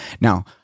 Now